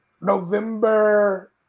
November